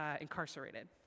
incarcerated